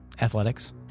Athletics